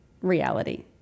reality